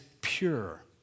pure